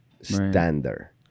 standard